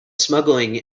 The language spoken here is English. smuggling